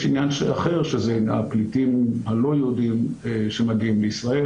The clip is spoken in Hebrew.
יש עניין אחר שזה הפליטים הלא-יהודיים שמגיעים לישראל,